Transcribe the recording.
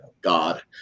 god